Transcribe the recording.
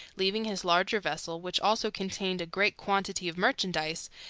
leaving his larger vessel, which also contained a great quantity of merchandise,